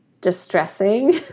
distressing